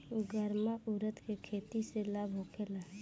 गर्मा उरद के खेती से लाभ होखे ला?